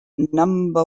number